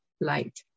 light